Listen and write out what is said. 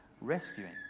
rescuing